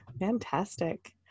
Fantastic